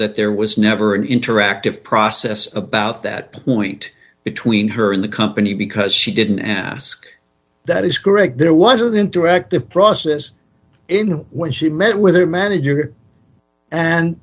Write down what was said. that there was never an interactive process about that point between her and the company because she didn't ask that is correct there was an interactive process in when she met with her manager and